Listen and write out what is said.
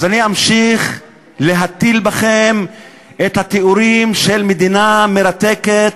אז אני אמשיך להטיל בכם את התיאורים של מדינה מרתקת,